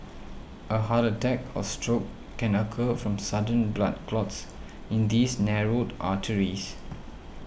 a heart attack or stroke can occur from sudden blood clots in these narrowed arteries